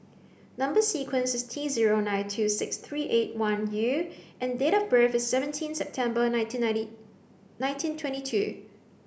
number sequence is T zero nine two six three eight one U and date of birth is seventeen September nineteen ninety nineteen twenty two